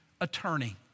attorney